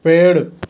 पेड़